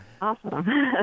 awesome